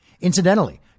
Incidentally